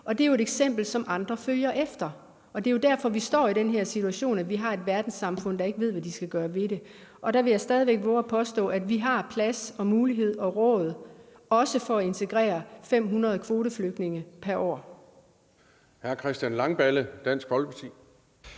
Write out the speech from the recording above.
Og det er jo et eksempel, som andre følger. Det er derfor, vi står i den her situation, hvor vi har et verdenssamfund, der ikke ved, hvad de skal gøre ved det. Der vil jeg stadig væk vove at påstå, at vi har plads og mulighed og råd også til at integrere 500 kvoteflygtninge pr. år.